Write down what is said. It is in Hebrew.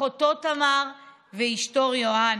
אחותו תמר ואשתו יוענה.